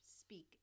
speak